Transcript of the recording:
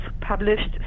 published